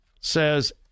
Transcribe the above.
says